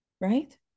right